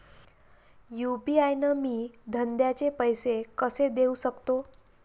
UPI न मी धंद्याचे पैसे कसे देऊ सकतो?